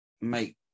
make